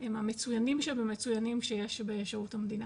הם המצוינים שבמצוינים שיש בשירות המדינה.